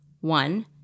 One